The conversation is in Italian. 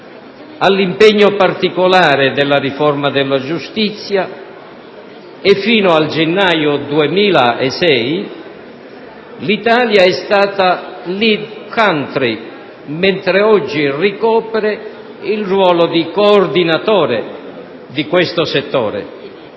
l'impegno particolare della riforma della giustizia e, fino al gennaio 2006, l'Italia è stata *lead* *country*, mentre oggi ricopre il ruolo di coordinatore di questo settore,